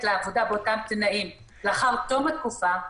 לעבודה באותם תנאים לאחר תום התקופה,